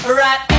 right